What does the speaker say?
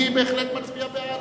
אני בהחלט מצביע בעד.